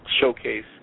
showcase